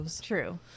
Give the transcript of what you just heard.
true